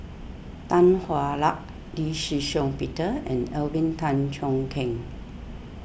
Tan Hwa Luck Lee Shih Shiong Peter and Alvin Tan Cheong Kheng